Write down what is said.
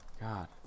god